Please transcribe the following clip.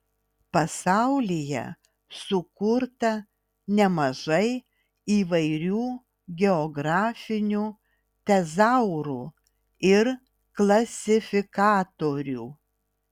pasaulyje sukurta nemažai įvairių geografinių tezaurų ir klasifikatorių